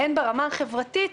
והן ברמה החברתית,